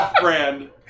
brand